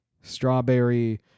strawberry